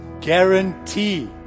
guarantee